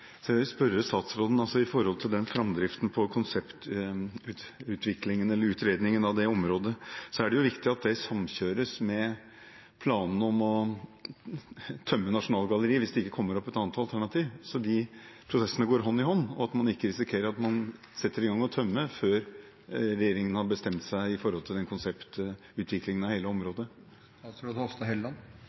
så jeg vil si til statsråden: I forbindelse med framdriften i konseptvalgutredningen av dette området er det viktig at man samkjører med planene om å tømme Nasjonalgalleriet – hvis det ikke kommer opp et annet alternativ – slik at disse prosessene går hånd i hånd, og slik at man ikke risikerer at man setter i gang å tømme før regjeringen har bestemt seg når det gjelder utviklingen av hele